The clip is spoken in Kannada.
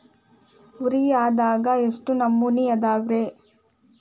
ಯೂರಿಯಾದಾಗ ಎಷ್ಟ ನಮೂನಿ ಅದಾವ್ರೇ?